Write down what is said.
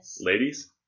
ladies